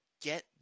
get